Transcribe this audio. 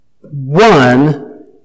one